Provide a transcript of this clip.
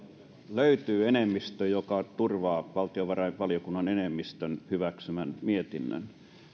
löytyy enemmistö joka turvaa valtiovarainvaliokunnan enemmistön hyväksymän mietinnön